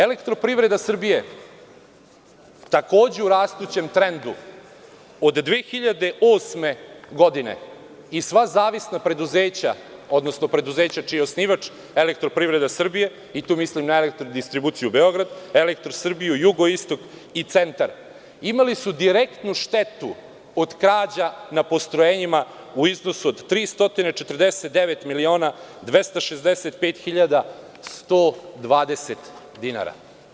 Elektroprivreda Srbije, takođe u rastućem trendu, od 2008. godine i sva zavisna preduzeća, odnosno preduzeća čiji je osnivač Elektroprivreda Srbije, tu mislim na Elektrodistribuciju Beograd, Elektrosrbiju, Jugoistok i Centar, imali su direktnu štetu od krađa na postrojenjima u iznosu od 349.265.120 dinara.